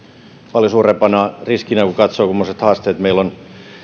paljon suurempana riskinä kun katsoo kummoiset haasteet meillä on